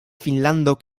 finnlando